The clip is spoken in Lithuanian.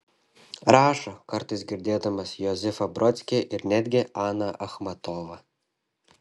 rašo kartais girdėdamas josifą brodskį ir netgi aną achmatovą